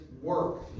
work